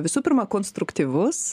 visų pirma konstruktyvus